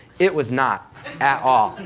it was not at all.